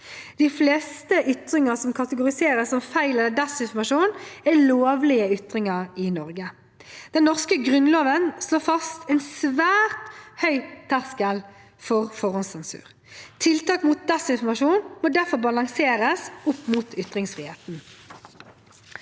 De fleste ytringer som kategoriseres som feil- eller desinformasjon, er lovlige ytringer i Norge. Den norske grunnloven slår fast en svært høy terskel for forhåndssensur. Tiltak mot desinformasjon må derfor balanseres opp mot ytringsfriheten.